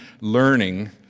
learning